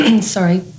sorry